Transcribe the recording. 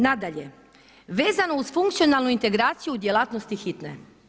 Nadalje, vezano uz funkcionalnu integraciju djelatnosti Hitne.